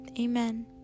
Amen